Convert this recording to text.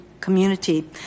community